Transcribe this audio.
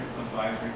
advisory